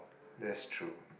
that's true